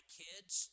kids